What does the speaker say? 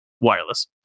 wireless